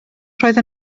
roedd